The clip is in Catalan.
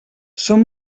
són